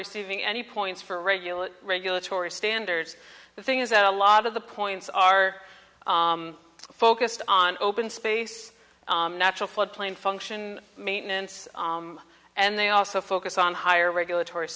receiving any points for regular regulatory standards the thing is that a lot of the points are focused on open space natural floodplain function maintenance and they also focus on higher regulatory